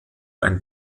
ein